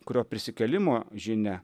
kurio prisikėlimo žinia